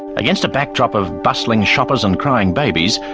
against the backdrop of bustling shoppers and crying babies,